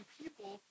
people